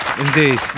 Indeed